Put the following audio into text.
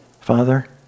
Father